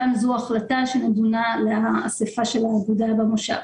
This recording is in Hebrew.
גם זאת החלטה שנדונה באסיפה של חברי המושב.